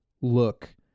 look